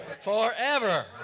forever